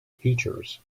features